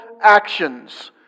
actions